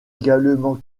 également